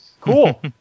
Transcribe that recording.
Cool